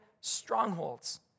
strongholds